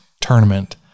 tournament